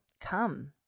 come